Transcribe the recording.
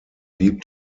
deep